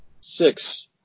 Six